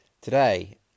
today